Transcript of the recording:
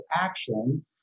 action